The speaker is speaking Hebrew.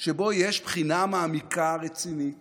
שבו יש בחינה מעמיקה ורצינית